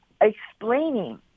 explaining